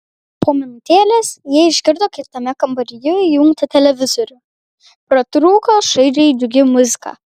po minutėlės jie išgirdo kitame kambaryje įjungtą televizorių pratrūko šaižiai džiugi muzika